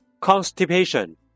constipation